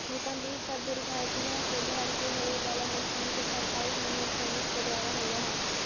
भूकंप इ सब दुर्घटना से घर के होवे वाला नुकसान के भरपाई होम इंश्योरेंस के द्वारा होवऽ हई